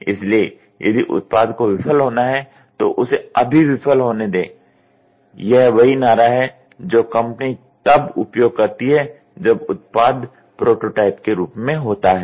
इसलिए यदि उत्पाद को विफल होना है तो उसे अभी विफल होने दें यह वही नारा है जो कंपनी तब उपयोग करती है जब उत्पाद प्रोटोटाइप के रूप में होता है